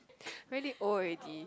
really old already